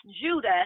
Judah